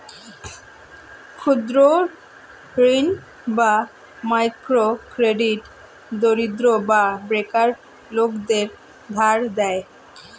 ক্ষুদ্র ঋণ বা মাইক্রো ক্রেডিট দরিদ্র বা বেকার লোকদের ধার দেয়